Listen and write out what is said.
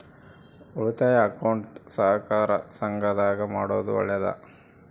ಉಳಿತಾಯ ಅಕೌಂಟ್ ಸಹಕಾರ ಸಂಘದಾಗ ಮಾಡೋದು ಒಳ್ಳೇದಾ?